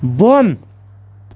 بۄن